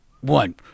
one